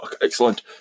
excellent